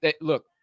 Look